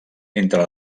entre